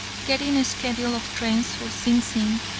getting a schedule of trains for sing sing,